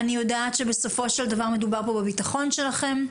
אני יודעת שבסופו של דבר מדובר פה בבטחון שלכם,